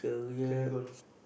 career goal